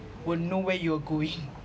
will know where you're going